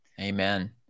Amen